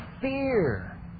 fear